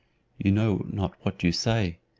you know not what you say.